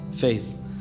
faith